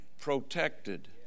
protected